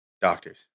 Doctors